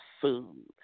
food